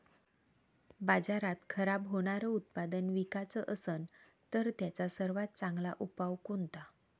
बाजारात खराब होनारं उत्पादन विकाच असन तर त्याचा सर्वात चांगला उपाव कोनता?